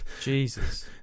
Jesus